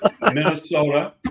Minnesota